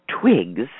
twigs